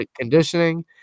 conditioning